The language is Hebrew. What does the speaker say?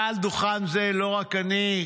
מעל דוכן זה, לא רק אני,